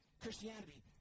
Christianity